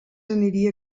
aniria